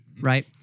Right